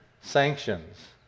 sanctions